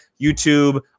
YouTube